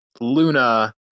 Luna